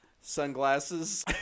sunglasses